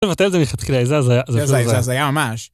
מלכתחילה... איזה הזיה? זה הזיה, זה הזיה ממש